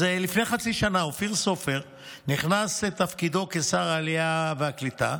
לפני חצי שנה אופיר סופר נכנס לתפקידו כשר העלייה והקליטה,